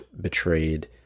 betrayed